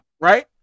Right